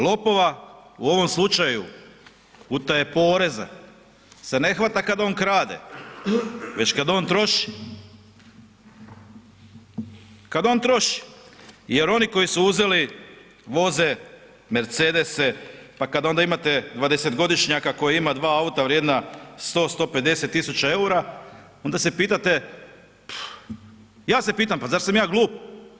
Lopova, u ovom slučaju utaje poreza se ne hvata kad on krade, već kad on troši, kad on troši jer oni koji su uzeli voze Mercedese, pa kad onda imate 20.-godišnjaka koji ima dva auta vrijedna 100-150.000,00 EUR-a onda se pitate, ja se pitam, pa zar sam ja glup?